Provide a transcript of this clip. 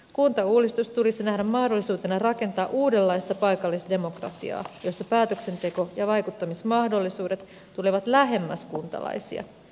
kuntauudistus tulisi nähdä mahdollisuutena rakentaa uudenlaista paikallisdemokratiaa jossa päätöksenteko ja vaikuttamismahdollisuudet tulevat lähemmäs kuntalaisia